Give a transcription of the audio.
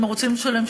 אם רוצים לשלם,